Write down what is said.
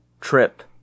trip